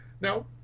Now